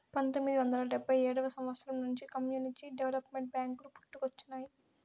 పంతొమ్మిది వందల డెబ్భై ఏడవ సంవచ్చరం నుండి కమ్యూనిటీ డెవలప్మెంట్ బ్యేంకులు పుట్టుకొచ్చినాయి